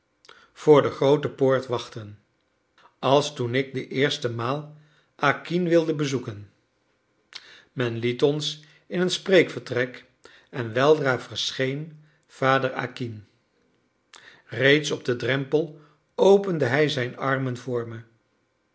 voor de groote poort wachten als toen ik de eerste maal acquin wilde bezoeken men liet ons in een spreekvertrek en weldra verscheen vader acquin reeds op den drempel opende hij zijn armen